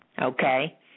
okay